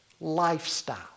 lifestyle